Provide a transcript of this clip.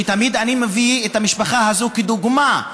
ותמיד אני מביא את המשפחה הזאת כדוגמה,